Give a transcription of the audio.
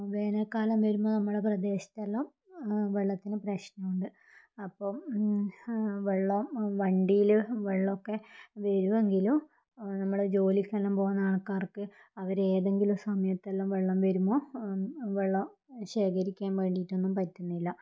വേനൽക്കാലം വരുമ്പോൾ നമ്മുടെ പ്രദേശത്തെല്ലാം വെള്ളത്തിന് പ്രശ്നമുണ്ട് അപ്പം വെള്ളം വണ്ടിയിൽ വെള്ളമൊക്കെ വരുമെങ്കിലും നമ്മുടെ ജോലിക്കെല്ലാം പോകുന്ന ആൾക്കാർക്ക് അവർ ഏതെല്ലാം സമയത്തെല്ലാം വെള്ളം വരുമ്പോൾ വെള്ളം ശേഖരിക്കാൻ വേണ്ടീട്ടൊന്നും പറ്റുന്നില്ല